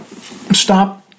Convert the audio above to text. stop